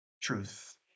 truth